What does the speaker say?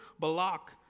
Balak